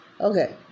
Okay